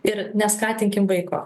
ir neskatinkim vaiko